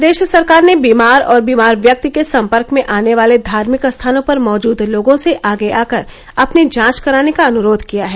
प्रदेश सरकार ने बीमार और बीमार व्यक्ति के सम्पर्क में आने वाले और धार्मिक स्थानों पर मौजूद लोगों से आगे आकर अपनी जांच कराने का अन्रोध किया है